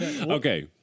okay